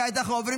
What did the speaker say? כעת אנחנו עוברים